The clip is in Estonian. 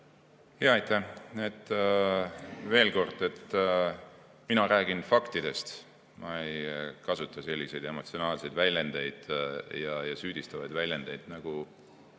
Aitäh! Veel kord: mina räägin faktidest. Ma ei kasuta selliseid emotsionaalseid väljendeid ja süüdistavaid väljendeid nagu